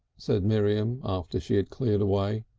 said miriam after she had cleared away.